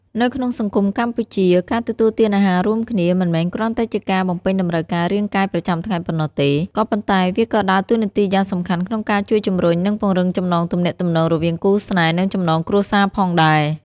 នៅក្នុងសង្គមកម្ពុជា ការទទួលទានអាហាររួមគ្នា មិនមែនគ្រាន់តែជាការបំពេញតម្រូវការរាងកាយប្រចាំថ្ងៃប៉ុណ្ណោះទេ ក៏ប៉ុន្តែវាក៏ដើរតួនាទីយ៉ាងសំខាន់ក្នុងការជួយជំរុញ និង ពង្រឹងចំណងទំនាក់ទំនងរវាងគូស្នេហ៍ និងចំណងគ្រួសារផងដែរ។